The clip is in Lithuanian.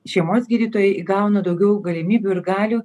šeimos gydytojai įgauna daugiau galimybių ir galių